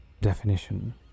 Definition